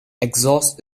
exhaust